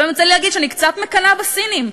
לפעמים יוצא לי להגיד שאני קצת מקנאה בסינים,